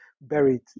buried